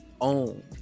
own